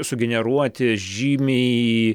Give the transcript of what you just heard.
sugeneruoti žymiai